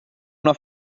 una